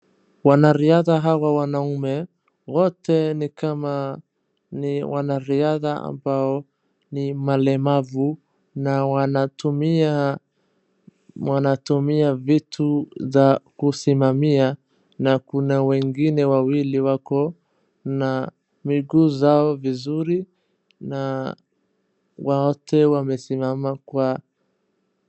Wanariadha hawa wanaume wote ni kama ni wanariadha ambao ni walemavu na wanatumia, wanatumia vitu za kusimamia na kuna wengine wawili wako na miguu zao vizuri na wote wamesimama kwa...